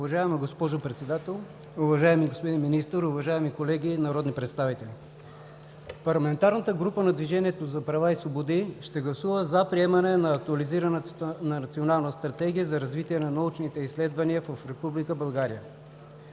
Уважаема госпожо Председател, уважаеми господин Министър, уважаеми колеги народни представители! Парламентарната група на Движението за права и свободи ще гласува за приемане на актуализираната Национална стратегия за развитие на научните изследвания в Република България.